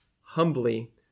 humbly